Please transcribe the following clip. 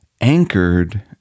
anchored